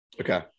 Okay